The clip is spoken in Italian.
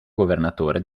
governatore